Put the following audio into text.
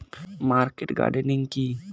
Market gardening কি?